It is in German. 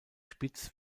spitz